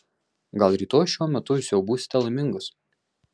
gal rytoj šiuo metu jūs jau būsite laimingas